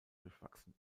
durchwachsen